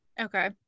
Okay